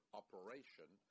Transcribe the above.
operation